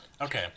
Okay